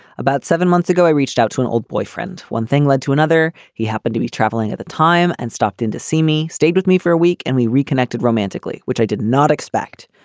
about seven months ago, i reached out to an old boyfriend. one thing led to another. he happened to be travelling at the time and stopped in to see me, stayed with me for a week, and we reconnected romantically, which i did not expect.